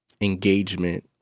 engagement